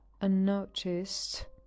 unnoticed